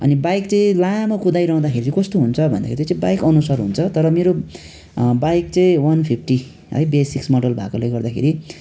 अनि बाइक चाहिँ लामो कुदाइरहँदाखेरि कस्तो हुन्छ भन्दाखेरि चाहिँ त्यो बाइकअनुसार हुन्छ तर मेरो बाइक चाहिँ वान फिफ्टी है बेसिक्स मोडल भएकोले गर्दाखेरि